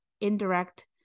indirect